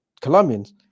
Colombians